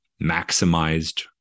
maximized